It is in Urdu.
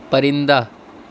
پرندہ